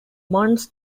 months